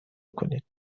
کنید